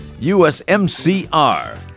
USMCR